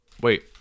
Wait